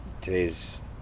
today's